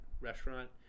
restaurant